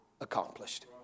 accomplished